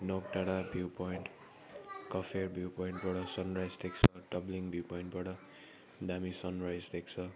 नोक डाँडा view point कफेर भ्यु पोइन्टबाट सनराइज देख्छ डाब्लिङ भ्यु पोइन्टबाट दामी सनराइज देख्छ